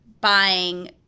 buying